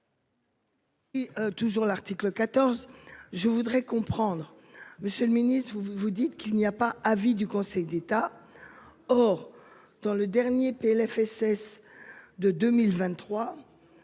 Je voudrais comprendre, Monsieur le Ministre, vous vous dites qu'il n'y a pas avis du Conseil d'État. Or dans le dernier Plfss. De 2023.